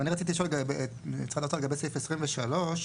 ואני רציתי לשאול לגבי סעיף (23).